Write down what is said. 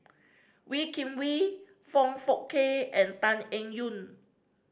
Wee Kim Wee Foong Fook Kay and Tan Eng Yoon